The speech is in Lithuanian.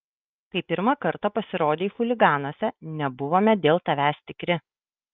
kai pirmą kartą pasirodei chuliganuose nebuvome dėl tavęs tikri